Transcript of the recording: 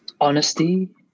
honesty